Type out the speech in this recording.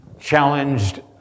challenged